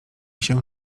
się